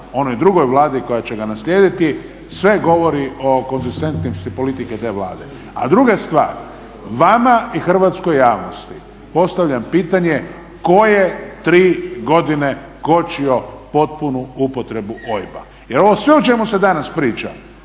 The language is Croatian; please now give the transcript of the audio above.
onoj drugoj Vladi koja će ga naslijediti sve govori o konzistentnosti politike te Vlade. A druga stvar, vama i hrvatskoj javnosti postavljam pitanje tko je 3 godine kočio potpunu upotrebu OIB-a? Jer ovo sve o čemu se danas priča,